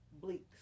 Bleak